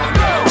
go